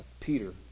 Peter